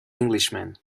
englishman